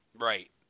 Right